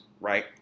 right